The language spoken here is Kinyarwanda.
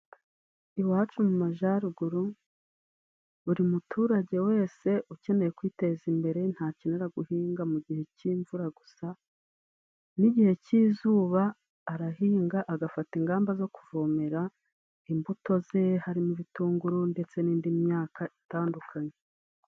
Iwacu mu majaruguru buri muturage wese ukeneye kwiteza imbere ntakenera guhinga mu gihe cy'imvura gusa n'igihe cy'izuba arahinga, agafata ingamba zo kuvomera imbuto ze harimo ibitunguru ndetse n'indi myaka itandukanye.